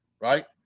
right